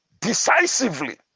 decisively